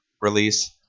release